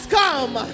come